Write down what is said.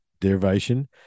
derivation